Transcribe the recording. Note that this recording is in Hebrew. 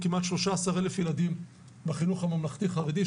כמעט 13,000 ילדים בחינוך הממלכתי-חרדי,